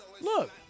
Look